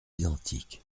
identiques